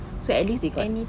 so at least they got